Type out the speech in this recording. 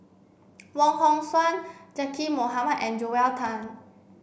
Wong Hong Suen Zaqy Mohamad and Joel Tan